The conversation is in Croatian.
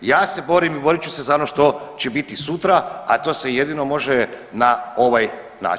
Ja se borim i borit ću se za ono što će biti sutra, a to se jedino može na ovaj način.